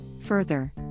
Further